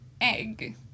egg